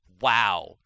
Wow